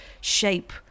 shape